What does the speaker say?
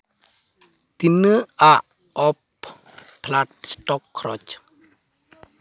ᱛᱤᱱᱟᱹᱜ ᱟᱜ ᱚᱯᱷ ᱯᱷᱟᱞᱴᱟ ᱥᱴᱚᱠ ᱠᱷᱚᱨᱚᱪ